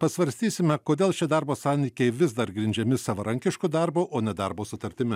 pasvarstysime kodėl šie darbo santykiai vis dar grindžiami savarankišku darbu o ne darbo sutartimi